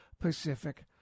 Pacific